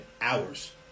hours